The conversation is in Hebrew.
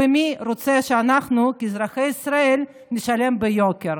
ומי רוצה שאנחנו כאזרחי ישראל נשלם ביוקר.